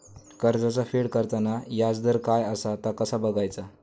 कर्जाचा फेड करताना याजदर काय असा ता कसा बगायचा?